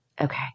Okay